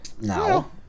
now